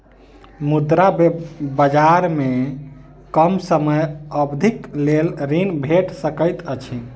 मुद्रा बजार में कम समय अवधिक लेल ऋण भेट सकैत अछि